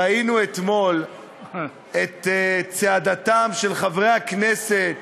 ראינו את צעדתם של חברי הכנסת